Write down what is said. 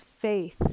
faith